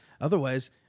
otherwise